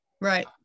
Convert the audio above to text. Right